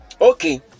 okay